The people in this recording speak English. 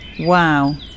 Wow